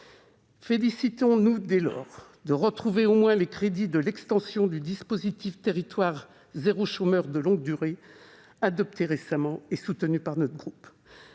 Félicitons-nous, dès lors, de retrouver au moins les crédits de l'extension du dispositif « territoires zéro chômeur de longue durée » adopté récemment et soutenu par le groupe